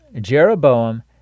Jeroboam